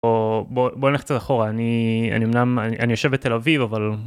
או בוא נלך קצת אחורה אני אני אמנם אני יושב בתל אביב אבל.